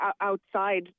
outside